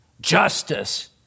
justice